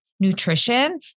Nutrition